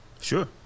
Sure